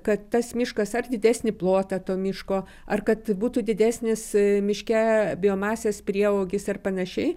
kad tas miškas ar didesnį plotą to miško ar kad būtų didesnis miške biomasės prieaugis ar panašiai